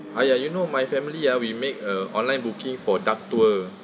!aiya! you know my family ah ya we make a online booking for duck tour